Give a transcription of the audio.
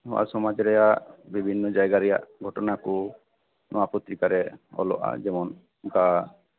ᱱᱚᱣᱟ ᱥᱚᱢᱟᱡ ᱨᱮᱭᱟᱜ ᱵᱤᱵᱷᱤᱱᱱᱚ ᱡᱟᱭᱜᱟ ᱨᱮᱭᱟᱜ ᱜᱷᱚᱴᱚᱱᱟ ᱠᱚ ᱱᱚᱣᱟ ᱯᱚᱛᱨᱤᱠᱟ ᱨᱮ ᱚᱞᱚᱜᱼᱟ ᱡᱮᱢᱚᱱ ᱱᱚᱝᱠᱟ